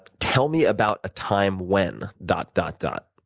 tell me about a time when, dot, dot, dot.